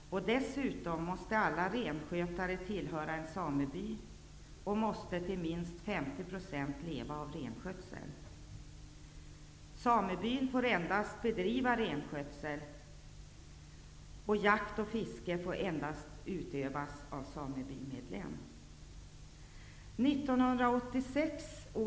Alla renskötare måste dessutom tillhöra en sameby, och de måste till minst 50 % leva av renskötsel. Samebyn får endast bedriva renskötsel, och jakt och fiske får endast bedrivas av samebymedlem.